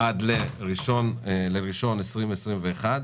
עד ל-1.1.2022.